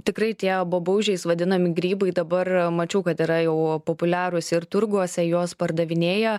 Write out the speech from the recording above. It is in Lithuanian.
tikrai tie babaužiais vadinami grybai dabar mačiau kad yra jau populiarūs ir turguose juos pardavinėja